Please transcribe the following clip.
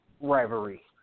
rivalry